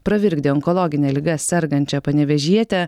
pravirkdė onkologine liga sergančią panevėžietę